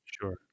Sure